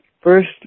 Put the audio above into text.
First